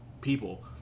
people